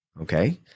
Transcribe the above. okay